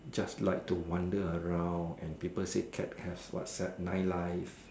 just like to wander around and people said cats have what nine lives